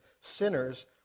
sinners